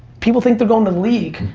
people think they're going to league.